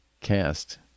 cast